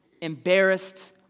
embarrassed